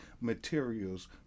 materials